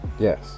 yes